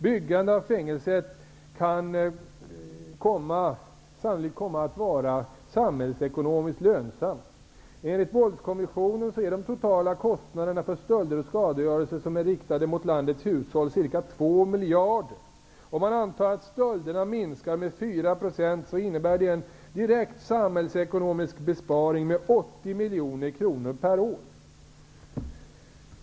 Byggandet av fängelser kan sannolikt komma att vara samhällsekonmiskt lönsamt. Enligt Våldskommissionen är de totala kostnaderna för stölder och skadegörelse som är riktade mot landets hushåll ca 2 miljarder. Om man antar att stölderna minskar med 4 % innebär det en direkt samhällsekonomisk besparing med 80 miljoner kronor per år.